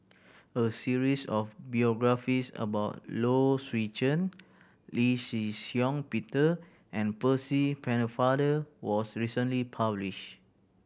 a series of biographies about Low Swee Chen Lee Shih Shiong Peter and Percy Pennefather was recently publish